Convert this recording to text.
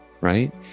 right